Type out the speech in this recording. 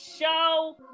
show